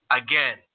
again